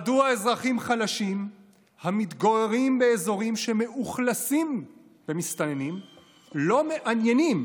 מדוע אזרחים חלשים המתגוררים באזורים שמאוכלסים במסתננים לא מעניינים